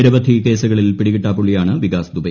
നിരവധി കേസുകളിൽ പിടികിട്ടാപ്പുള്ളിയാണ് വികാസ് ദുബെ